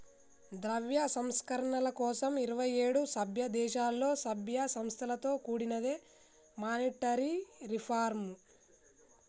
ద్రవ్య సంస్కరణల కోసం ఇరవై ఏడు సభ్యదేశాలలో, సభ్య సంస్థలతో కూడినదే మానిటరీ రిఫార్మ్